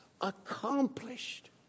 accomplished